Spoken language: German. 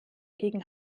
gegen